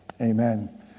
Amen